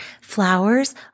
Flowers